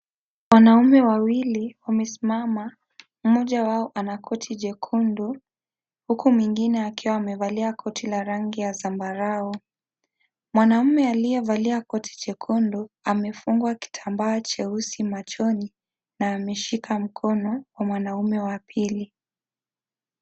Wanaume wawili wamesimama, moja wao ana koti jekundu, huku mwingine akiwa amevalia koti la rangi ya zambarau. Mwanamume aliyevalia koti jekundu amefungwa kitambaa jeusi machoni na ameshika mkono wa mwanamume wa pili.